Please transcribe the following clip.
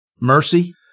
mercy